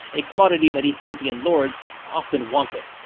a commodity that ethiopian lords often wanted.